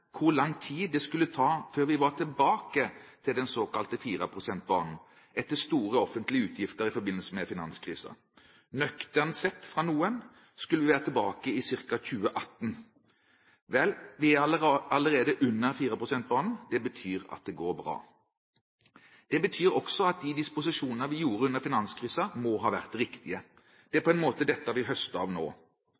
hvor lang tid det skulle ta før vi var tilbake til den såkalte 4 pst.-banen, etter store offentlige utgifter i forbindelse med finanskrisen. Nøkternt sett – fra noen – skulle vi være tilbake i ca. 2018. Vel, vi er allerede under 4 pst.-banen. Det betyr at det går bra. Det betyr også at de disposisjonene vi gjorde under finanskrisen, må ha vært riktige. Det